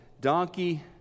donkey